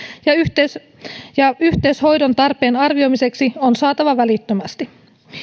ja yhteys hoidontarpeen arvioimiseksi on saatava välittömästi